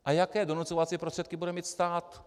A jaké donucovací prostředky bude mít stát?